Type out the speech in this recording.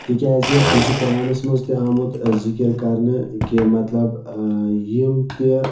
تِکیٛازِ یہِ چھُ قرانَس مَنٛز تہِ آمُت ذِکِر کَرنہٕ کہِ مَطلَب یِم تہِ